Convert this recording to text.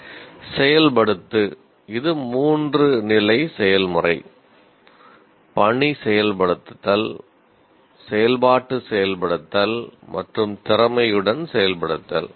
'செயல்படுத்து' இது 3 நிலை செயல்முறை பணி செயல்படுத்தல் செயல்பாட்டு செயல்படுத்தல் மற்றும் திறமையுடன் செயல்படுத்தல்